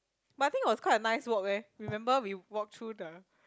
but I think was quite a nice walk eh remember we walk through the